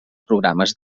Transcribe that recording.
programes